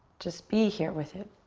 just be here with it.